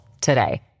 today